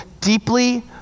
deeply